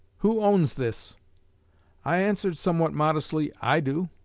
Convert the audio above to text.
who owns this i answered somewhat modestly, i do